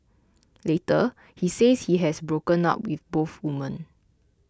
later he says he has broken up with both women